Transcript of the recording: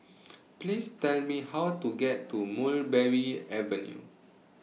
Please Tell Me How to get to Mulberry Avenue